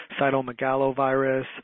Cytomegalovirus